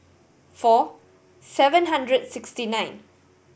four seven hundred and sixty nine